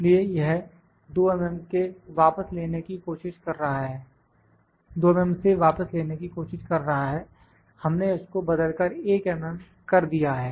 इसलिए यह 2 mm से वापस लेने की कोशिश कर रहा है हमने इसको बदलकर 1 mm कर दिया है